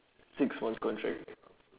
six months contract uh